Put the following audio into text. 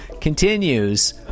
Continues